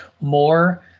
more